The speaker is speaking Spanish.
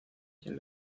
quien